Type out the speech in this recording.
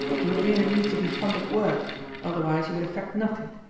you would merely need to be fond of work otherwise you would effect nothing.